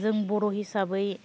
जों बर' हिसाबै